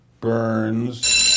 Burns